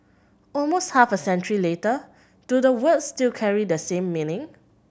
almost half a century later do the words still carry the same meaning